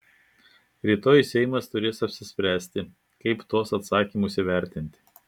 rytoj seimas turės apsispręsti kaip tuos atsakymus įvertinti